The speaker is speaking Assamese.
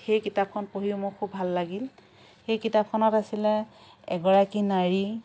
সেই কিতাপখন পঢ়িও মোৰ খুব ভাল লাগিল সেই কিতাপখনত আছিলে এগৰাকী নাৰী